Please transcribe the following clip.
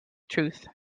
truth